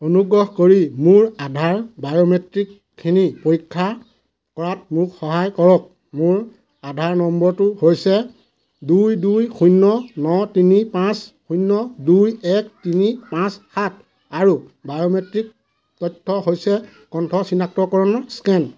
অনুগ্ৰহ কৰি মোৰ আধাৰ বায়োমেট্ৰিকখিনি পৰীক্ষা কৰাত মোক সহায় কৰক মোৰ আধাৰ নম্বৰটো হৈছে দুই দুই শূন্য ন তিনি পাঁচ শূন্য দুই এক তিনি পাঁচ সাত আৰু বায়োমেট্ৰিক তথ্য হৈছে কণ্ঠ চিনাক্তকৰণ স্কেন